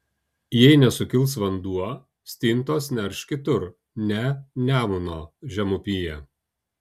jei nesukils vanduo stintos nerš kitur ne nemuno žemupyje